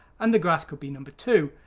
and the grass could be number two.